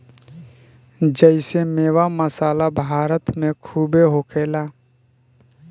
जेइसे मेवा, मसाला भारत मे खूबे होखेला